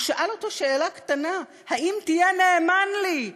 הוא שאל אותו שאלה קטנה: האם תהיה נאמן לי,